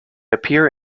appear